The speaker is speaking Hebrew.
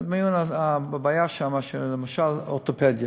חדרי המיון, הבעיה שם, למשל, אורתופדיה: